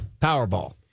Powerball